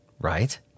right